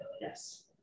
Yes